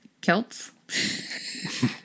Celts